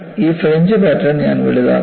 ഈ fringe pattern ഞാൻ വലുതാക്കും